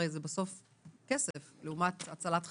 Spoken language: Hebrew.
הרי בסוף זה כסף לעומת הצלת חיים.